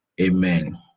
amen